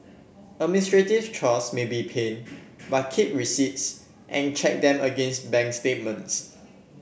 administrative chores may be pain but keep receipts and check them against bank statements